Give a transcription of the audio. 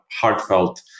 heartfelt